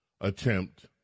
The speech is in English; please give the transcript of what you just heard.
attempt